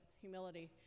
humility